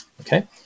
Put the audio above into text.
Okay